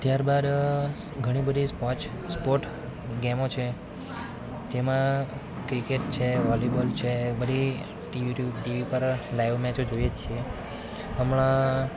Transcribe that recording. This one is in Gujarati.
ત્યારબાદ ઘણી બધી સ્પોટ ગેમો છે જેમાં ક્રિકેટ છે વોલીબોલ છે બધી ટીવી ટીવી પર લાઈવ મેચો જોઈએ જ છીએ હમણાં